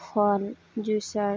ফল juicer